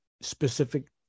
specific